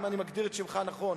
אם אני מגדיר את שמך נכון,